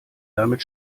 damit